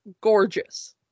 gorgeous